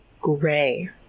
gray